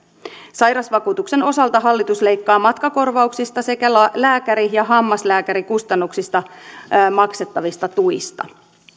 sairausvakuutuksen osalta hallitus leikkaa matkakorvauksista sekä lääkäri ja hammaslääkärikustannuksista maksettavista tuista